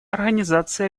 организации